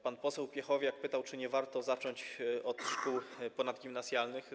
Pan poseł Piechowiak pytał, czy nie warto zacząć od szkół ponadgimnazjalnych.